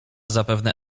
zapewne